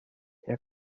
herr